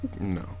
No